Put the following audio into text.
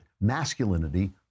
Masculinity